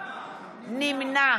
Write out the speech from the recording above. נמנע